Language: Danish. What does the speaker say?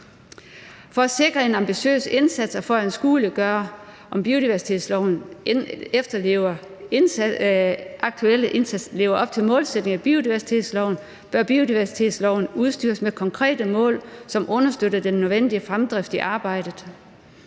For at sikre en ambitiøs indsats og for at anskueliggøre, om den aktuelle indsats lever op til målsætningerne i biodiversitetsloven, bør biodiversitetsloven udstyres med konkrete mål, som understøtter den nødvendige fremdrift i arbejdet.